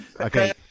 okay